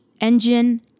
engine